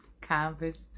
Conversation